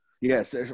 Yes